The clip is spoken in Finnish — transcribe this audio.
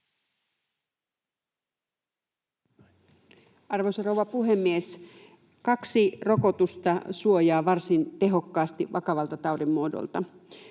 Arvoisa rouva puhemies! Kaksi rokotusta suojaa varsin tehokkaasti vakavalta taudin muodolta.